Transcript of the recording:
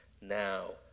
now